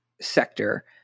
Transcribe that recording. sector